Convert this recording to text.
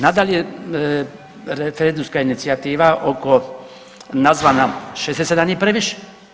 Nadalje, referendumska inicijativa oko, nazvana „67 je previše“